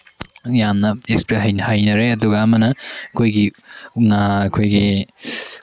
ꯌꯥꯝꯅ ꯑꯦꯛꯁꯄ꯭ꯔꯦꯁ ꯍꯩꯅꯔꯦ ꯑꯗꯨꯒ ꯑꯃꯅ ꯑꯩꯈꯣꯏꯒꯤ ꯉꯥ ꯑꯩꯈꯣꯏꯒꯤ